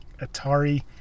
Atari